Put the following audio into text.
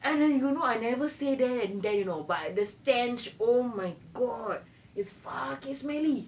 and then you know I never say there and then but the stench oh my god is fucking smelly